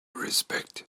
respect